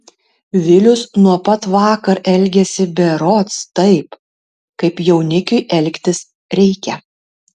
vilius nuo pat vakar elgiasi berods taip kaip jaunikiui elgtis reikia